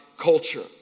culture